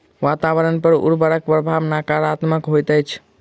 वातावरण पर उर्वरकक प्रभाव नाकारात्मक होइत अछि